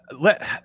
Let